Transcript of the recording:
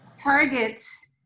targets